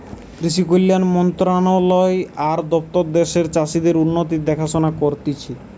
কৃষি কল্যাণ মন্ত্রণালয় আর দপ্তর দ্যাশের চাষীদের উন্নতির দেখাশোনা করতিছে